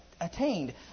attained